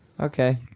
Okay